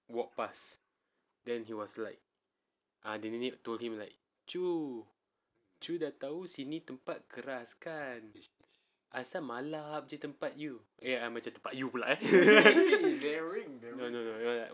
walk pass then he was like ah the nenek told him like cu cu dah tahu sini tempat keras kan asal malap jer di tempat you eh macam tempat you pula eh no no no not that